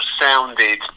sounded